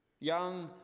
young